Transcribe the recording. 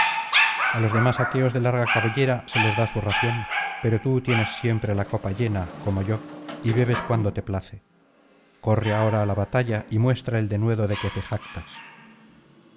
a los demás aqueos de larga cabellera se les da su ración pero tú tienes siempre la copa llena como yo y bebes cuanto te place corre ahora á la batalla y muestra el denuedo de que te jactas